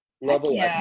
level